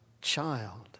child